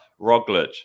Roglic